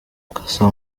cassa